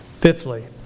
Fifthly